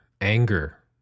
anger